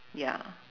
ya